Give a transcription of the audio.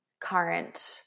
current